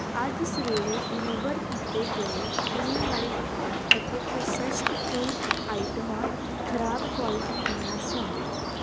ਅੱਜ ਸਵੇਰੇ ਡਿਲੀਵਰ ਕੀਤੇ ਗਏ ਪੀਣ ਵਾਲੇ ਪਦਾਰਥ ਅਤੇ ਪ੍ਰੋਸੈਸਡ ਫੂਡ ਆਈਟਮਾਂ ਖ਼ਰਾਬ ਕੁਆਲਿਟੀ ਦੀਆਂ ਸਨ